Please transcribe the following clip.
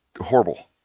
horrible